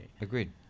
Agreed